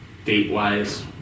date-wise